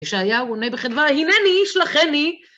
ישעיהו עונה בחדווה, הנני, שלחני.